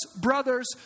brothers